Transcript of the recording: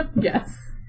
Yes